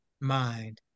mind